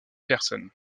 personnes